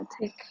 take